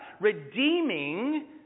redeeming